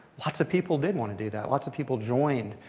lots of people did want to do that. lots of people joined.